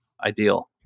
ideal